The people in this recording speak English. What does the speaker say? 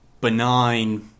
benign